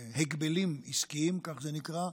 הגבלים עסקיים, כך זה נקרא,